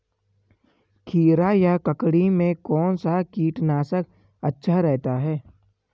खीरा या ककड़ी में कौन सा कीटनाशक अच्छा रहता है?